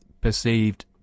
perceived